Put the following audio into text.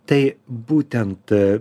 tai būtent